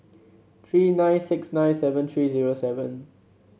three nine six nine seven three zero seven